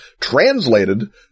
translated